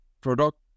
product